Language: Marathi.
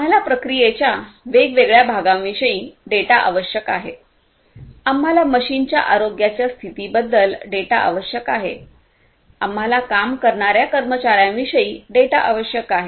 आम्हाला प्रक्रियेच्या वेगवेगळ्या भागांविषयी डेटा आवश्यक आहे आम्हाला मशीनच्या आरोग्याच्या स्थितीबद्दल डेटा आवश्यक आहे आम्हाला काम करणाऱ्या कर्मचार्यांविषयी डेटा आवश्यक आहे